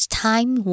time